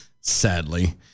Sadly